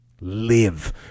Live